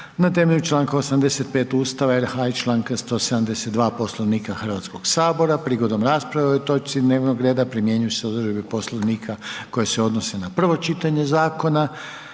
RH i Članka 172. u svezi s Člankom 190. Poslovnika Hrvatskog sabora. Prigodom raspravi o ovoj točci dnevnog reda primjenjuju se odredbe Poslovnika koje se odnose na drugo čitanje zakona.